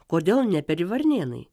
kodėl neperi varnėnai